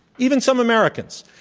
even some americans.